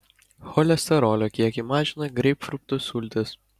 cholesterolio kiekį mažina greipfrutų sultys